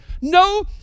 no